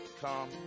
come